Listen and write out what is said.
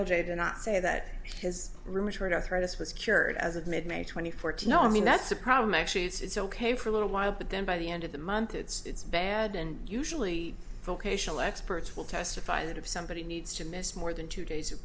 j did not say that his rheumatoid arthritis was cured as of mid may twenty fourth you know i mean that's a problem actually it's ok for a little while but then by the end of the month it's bad and usually vocational experts will testify that if somebody needs to miss more than two days of